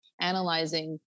analyzing